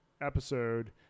episode